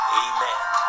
amen